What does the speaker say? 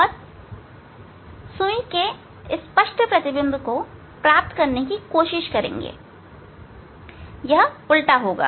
तथा हम सुई के स्पष्ट प्रतिबिंब को प्राप्त करने की कोशिश करेंगे यह उल्टा होगा